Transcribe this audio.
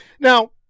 Now